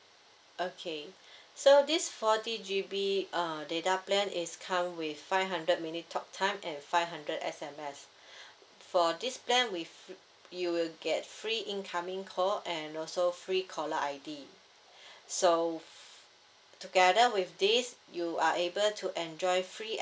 okay so this forty G_B uh data plan is come with five hundred minute talk time and five hundred SMS for this plan with you will get free incoming call and also free caller ID so together with this you are able to enjoy free